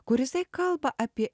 kur jisai kalba apie